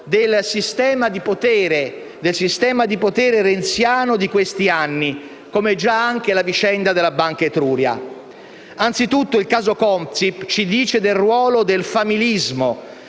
del sistema di potere renziano di questi anni, come già la vicenda della Banca Etruria. Anzitutto, il caso Consip ci dice del ruolo del familismo,